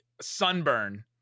Sunburn